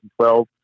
2012